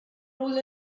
rule